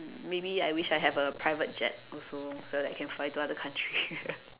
maybe I wish I have a private jet also so that I can fly to other country